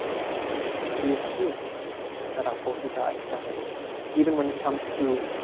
we assume that our courses are accessible even when it comes to